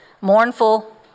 mournful